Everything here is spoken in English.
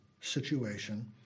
situation